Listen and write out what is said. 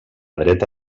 dreta